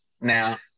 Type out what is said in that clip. Now